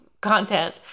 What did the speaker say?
content